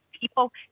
People